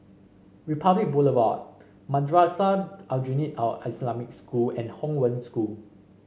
Republic Boulevard Madrasah Aljunied Al Islamic School and Hong Wen School